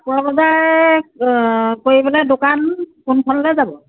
কাপোৰৰ বজাৰ কৰিবলৈ দোকান কোনখনলৈ যাব